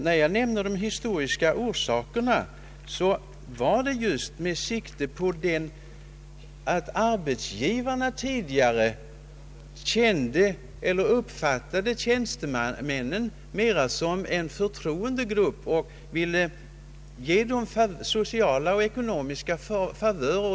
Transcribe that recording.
När jag nämnde de historiska orsakerna var det just med tanke på att arbetsgivarna tidigare uppfattade tjänstemännen mera som en förtroendegrupp och gav dem sociala och ekonomiska favörer.